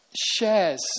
shares